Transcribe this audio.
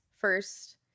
first